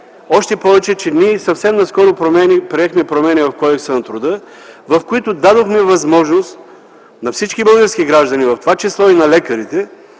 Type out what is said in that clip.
Още повече, че ние съвсем наскоро приехме промени в Кодекса на труда, в които дадохме възможност на всички български граждани, в това число и на лекарите,